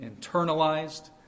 internalized